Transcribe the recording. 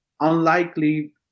unlikely